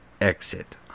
exit